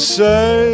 say